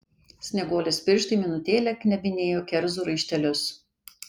snieguolės pirštai minutėlę knebinėjo kerzų raištelius